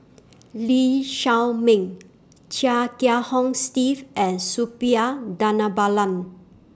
Lee Shao Meng Chia Kiah Hong Steve and Suppiah Dhanabalan